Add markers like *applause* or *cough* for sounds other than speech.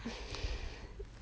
*breath*